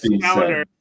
calendar